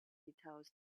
details